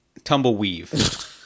tumbleweave